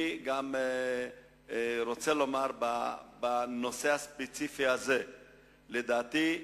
אני גם רוצה לומר בנושא הספציפי הזה שלדעתי,